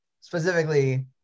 specifically